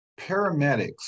paramedics